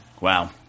Wow